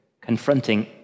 confronting